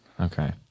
Okay